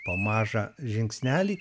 po mažą žingsnelį